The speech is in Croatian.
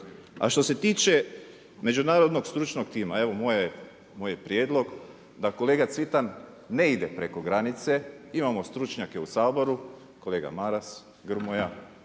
A što se tiče međunarodnog stručnog tima, evo moj je prijedlog da kolega Cvitan ne ide preko granice, imamo stručnjake u Saboru kolega Maras, Grmoja,